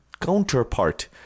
counterpart